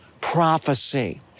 prophecy